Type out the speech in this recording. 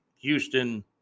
Houston